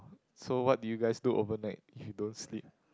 so what do you guys do overnight if you don't sleep